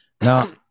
Now